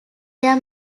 their